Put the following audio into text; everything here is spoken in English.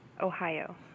Ohio